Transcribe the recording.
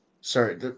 sorry